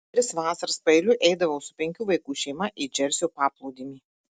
tris vasaras paeiliui eidavau su penkių vaikų šeima į džersio paplūdimį